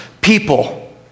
people